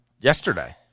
yesterday